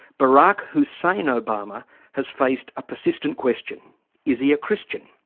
barack hussein obama has faced a persistent question is he a christian?